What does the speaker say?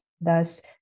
Thus